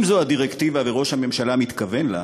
אם זו הדירקטיבה וראש הממשלה מתכוון לה,